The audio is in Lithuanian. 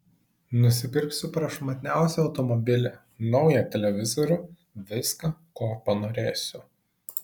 nusipirksiu prašmatniausią automobilį naują televizorių viską ko panorėsiu